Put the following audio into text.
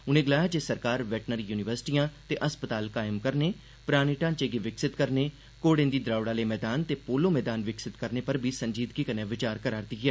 उनें गलाया जे सरकार वैटरनरी युनिवर्सिटिआं ते हस्पताल कायम करने पराने ढांचे गी विकसित करने घोड़ें दी द्रौड़ आह्ले मैदान ते पोलो मैदान विकसित करने पर संजीदगी कन्नै विचार करा'रदी ऐ